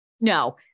No